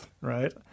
right